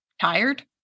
tired